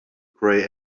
grey